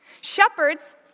Shepherds